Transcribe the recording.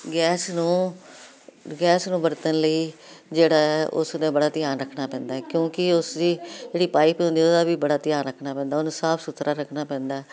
gas ਨੂੰ gas ਨੂੰ ਵਰਤਣ ਲਈ ਜਿਹੜਾ ਹੈ ਉਸ ਦਾ ਬੜਾ ਧਿਆਨ ਰੱਖਣਾ ਪੈਂਦਾ ਕਿਉਂਕਿ ਉਸ ਦੀ ਜਿਹੜੀ ਪਾਈਪ ਹੁੰਦੀ ਉਹਦਾ ਵੀ ਬੜਾ ਧਿਆਨ ਰੱਖਣਾ ਪੈਂਦਾ ਉਹਨੂੰ ਸਾਫ ਸੁਥਰਾ ਰੱਖਣਾ ਪੈਂਦਾ